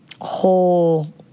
whole